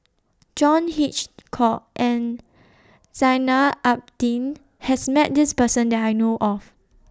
John Hitchcock and Zainal Abidin has Met This Person that I know of